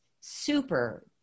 super